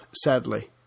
sadly